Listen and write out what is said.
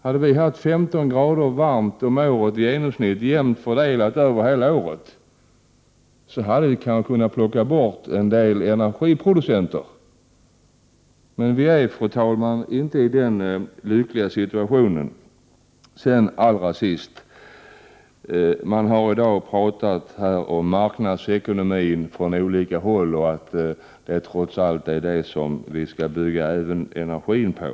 Hade genomsnittstemperaturen här varit +15 grader, jämnt fördelad över hela året, hade vi kunnat plocka bort en del energiproducenter, men vi är, fru talman, inte i den lyckliga situationen. 67 Allra sist: Man har i dag från olika håll talat om marknadsekonomi och sagt att det trots allt är den som vi skall bygga upp vår energi på.